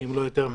אם לא יותר מזה.